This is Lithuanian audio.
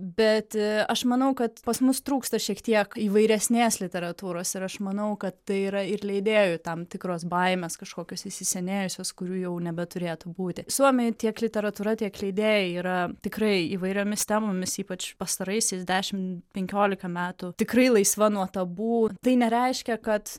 bet aš manau kad pas mus trūksta šiek tiek įvairesnės literatūros ir aš manau kad tai yra ir leidėjų tam tikros baimės kažkokios įsisenėjusios kurių jau nebeturėtų būti suomijoj tiek literatūra tiek leidėjai yra tikrai įvairiomis temomis ypač pastaraisiais dešim penkiolika metų tikrai laisva nuo tabu tai nereiškia kad